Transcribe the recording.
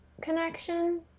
connection